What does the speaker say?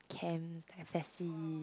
camp f_s_c